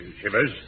Shivers